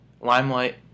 Limelight